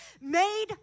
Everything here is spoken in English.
made